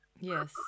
Yes